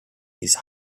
these